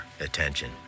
attention